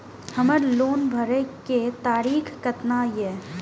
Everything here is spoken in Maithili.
हमर लोन भरे के तारीख केतना ये?